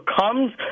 comes